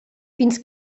fins